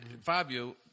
Fabio